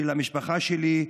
של המשפחה שלי,